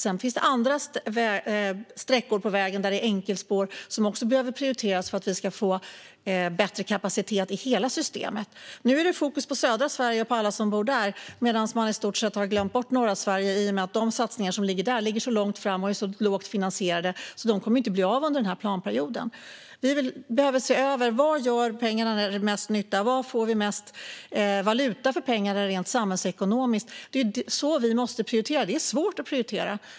Sedan finns det andra sträckor där det är enkelspår och som också behöver prioriteras för att vi ska få bättre kapacitet i hela systemet. Nu är det fokus på södra Sverige och alla som bor där, medan man i stort sett har glömt bort norra Sverige. Satsningarna i norra Sverige ligger så långt fram och är så lågt finansierade att de inte kommer att bli av under den här planperioden. Vi behöver se över var pengarna gör mest nytta och var vi får mest valuta för pengarna rent samhällsekonomiskt. Det är så vi måste prioritera. Det är svårt att prioritera.